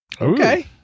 Okay